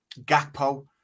Gakpo